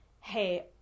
Hey